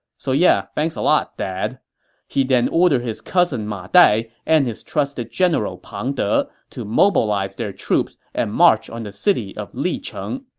so yeah, thanks dad. he then ordered his cousin ma dai and his trusted general pang de to mobilize their troops and march on the city of licheng.